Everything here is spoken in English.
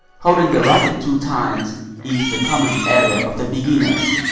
holding the racket too tight is the common error of the beginners.